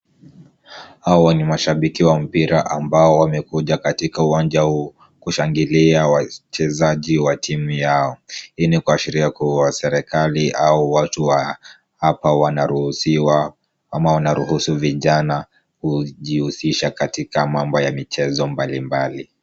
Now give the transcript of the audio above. Hawa ni mashabiki wa mpira ambao wamekuja katika uwanja huu kushangilia wachezaji wa timu yao. Hii ni kuashiria kuwa serikali au watu wa hapa wanaruhusiwa ama wanaruhusu vijana kujihusisha katika mambo ya michezo mbalimbali.